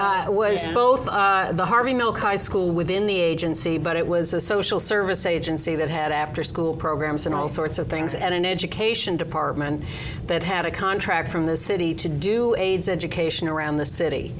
both the harvey milk high school within the agency but it was a social service agency that had afterschool programs and all sorts of things and an education department that had a contract from the city to do aids education around the city